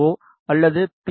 ஓ அல்லது பி